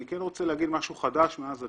אני כן רוצה לומר משהו חדש מאז הדוח.